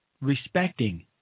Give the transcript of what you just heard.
respecting